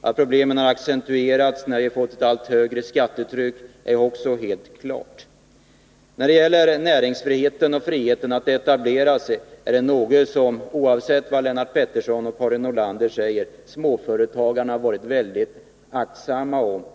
Att problemen har accentuerats allteftersom vi fått ett allt högre skattetryck är också helt klart. Näringsoch etableringsfriheten är något som småföretagarna — oavsett vad Lennart Pettersson och Karin Nordlander säger — är väldigt aktsamma om.